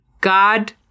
God